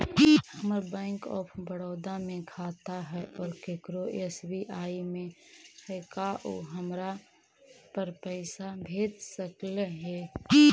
हमर bank of Baroda में खाता है और केकरो एस.बी.आई में है का उ हमरा पर पैसा भेज सकले हे?